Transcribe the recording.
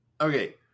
Okay